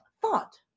thought